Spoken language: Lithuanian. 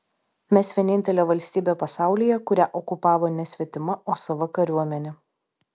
mes vienintelė valstybė pasaulyje kurią okupavo ne svetima o sava kariuomenė